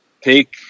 take